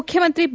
ಮುಖ್ಯಮಂತ್ರಿ ಬಿ